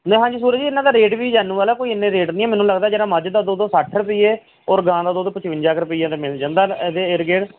ਨਾ ਜੀ ਸੂਰਜ ਜੀ ਇਹਨਾਂ ਦਾ ਰੇਟ ਵੀ ਜੈਨੁਅਲ ਆ ਕੋਈ ਇੰਨੇ ਰੇਟ ਨਹੀਂ ਮੈਨੂੰ ਲੱਗਦਾ ਜਿਹੜਾ ਮੱਝ ਦਾ ਦੁੱਧ ਹੈ ਉਹ ਸੱਠ ਰੁਪਈਏ ਔਰ ਗਾਂ ਦਾ ਦੁੱਧ ਉਹ ਪਚਵੰਜਾ ਕੁ ਰੁਪਈਆਂ ਦਾ ਮਿਲ ਜਾਂਦਾ ਹੈ ਇਹਦੇ ਏਡ ਗੇੜ